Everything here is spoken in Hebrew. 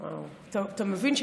אתה מבין,